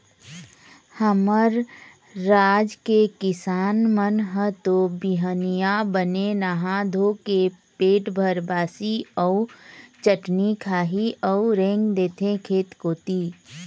हमर राज के किसान मन ह तो बिहनिया बने नहा धोके पेट भर बासी अउ चटनी खाही अउ रेंग देथे खेत कोती